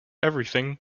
everything